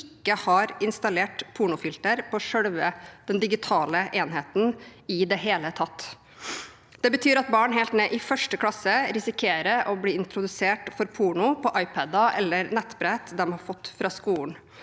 ikke har installert pornofilter på selve den digitale enheten i det hele tatt. Det betyr at barn helt ned i 1. klasse risikerer å bli introdusert for porno på iPader eller nettbrett de har fått fra skolen.